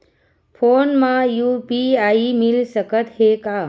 Phone मा UPI मिल सकत हे का?